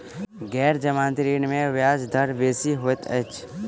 गैर जमानती ऋण में ब्याज दर बेसी होइत अछि